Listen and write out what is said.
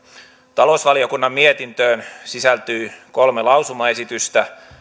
talousvaliokunnan mietintöön sisältyy kolme lausumaesitystä